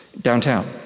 downtown